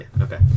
Okay